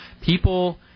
People